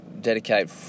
dedicate